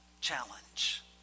challenge